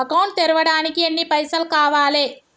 Account తెరవడానికి ఎన్ని పైసల్ కావాలే?